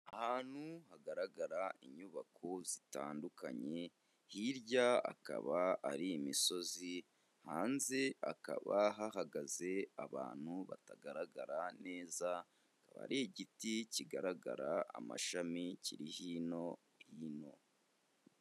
Ahantu hagaragara inyubako zitandukanye, hirya akaba ari imisozi, hanze hakaba hahagaze abantu batagaragara neza, akaba ari igiti kigaragara amashami kiri hino, hino.